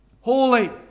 Holy